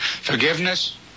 Forgiveness